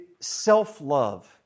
Self-love